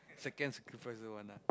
second sacrificer one ah